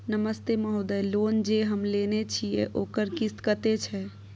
नमस्ते महोदय, लोन जे हम लेने छिये ओकर किस्त कत्ते छै?